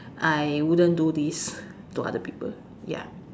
I wouldn't do this to other people ya